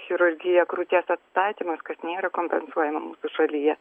chirurgija krūties atstatymas kas nėra kompensuojama mūsų šalyje